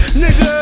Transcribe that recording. nigga